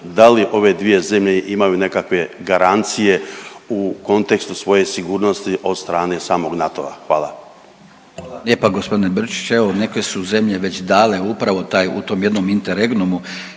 da li ove dvije zemlje imaju nekakve garancije u kontekstu svoje sigurnosti od strane samog NATO-a? Hvala.